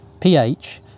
pH